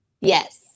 Yes